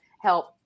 help